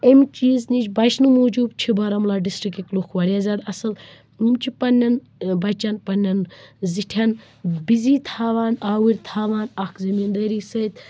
امہِ چیٖزٕ نِش بَچہٕ نہٕ موجوٗب چھِ بارہمولہ ڈِسٹرکٕکۍ لُکھ واریاہ زیادٕ اصٕل یِم چھِ پَنٛنٮ۪ن بَچن پَنٛنٮ۪ن زِٹھٮ۪ن بِزِی تھاوان آوٕرۍ تھاوان اَکھ زٔمیٖن دٲری سۭتۍ